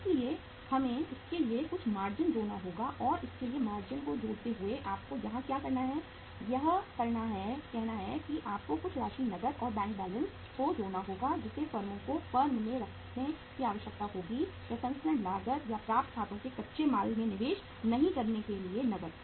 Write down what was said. इसलिए हमें इसके लिए कुछ मार्जिन जोड़ना होगा और इसके लिए मार्जिन को जोड़ते हुए आपको यहाँ क्या करना है यह कहना है कि आपको कुछ राशि नकद और बैंक बैलेंस को जोड़ना होगा जिसे फर्मों को फॉर्म में रखने की आवश्यकता होगी प्रसंस्करण लागत या प्राप्त खातों में कच्चे माल में निवेश नहीं करने के लिए नकद